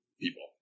people